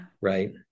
Right